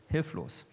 Hilflos